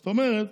זאת אומרת,